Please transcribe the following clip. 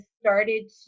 started